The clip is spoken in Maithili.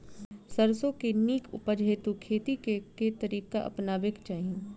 सैरसो केँ नीक उपज हेतु खेती केँ केँ तरीका अपनेबाक चाहि?